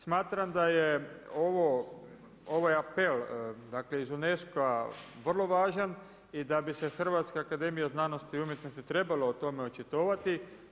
Smatram da je ovo, ovaj apel dakle iz UNESCO-a vrlo važan i da bi se Hrvatska akademija znanosti i umjetnosti trebala o tome očitovati.